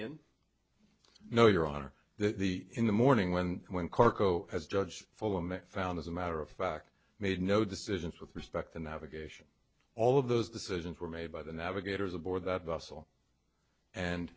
in know your honor that the in the morning when when cargo has judged full mc found as a matter of fact made no decisions with respect to navigation all of those decisions were made by the navigators aboard that vessel and